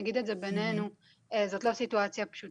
אם נגיד את זה בינינו כי זו לא סיטואציה פשוטה